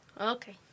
Okay